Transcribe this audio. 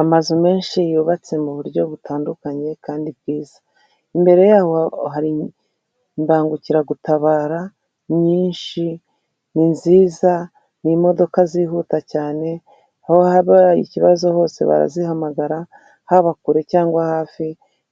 Amazu menshi yubatse mu buryo butandukanye kandi bwiza, imbere yabo imbangukiragutabara nyinshi, ni iziza ni imodoka zihuta cyane aho haba ikibazo hose barazihamagara, haba kure cyangwa hafi